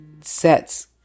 sets